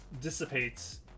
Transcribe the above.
dissipates